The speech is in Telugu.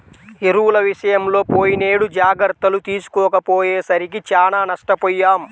ఎరువుల విషయంలో పోయినేడు జాగర్తలు తీసుకోకపోయేసరికి చానా నష్టపొయ్యాం